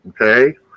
Okay